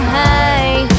high